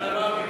יאללה, מרגי,